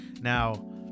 now